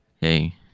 Hey